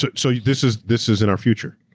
so so this is this is in our future?